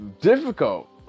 difficult